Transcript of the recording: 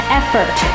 effort